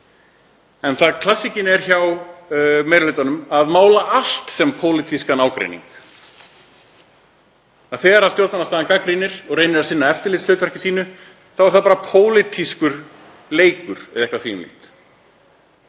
En hjá meiri hlutanum er klassískt að mála allt sem pólitískan ágreining. Þegar stjórnarandstaðan gagnrýnir og reynir að sinna eftirlitshlutverki sínu þá er það bara pólitískur leikur eða eitthvað því um líkt.